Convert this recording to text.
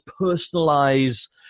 personalize